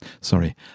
sorry